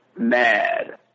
Mad